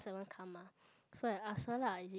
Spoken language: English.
haven't come mah so I asked her lah is it